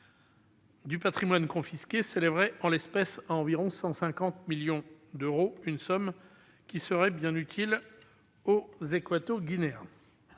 du patrimoine confisqué s'élèverait à environ 150 millions d'euros, somme qui serait bien utile aux Équato-Guinéens